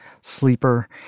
sleeper